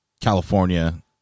california